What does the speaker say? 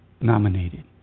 nominated